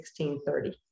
1630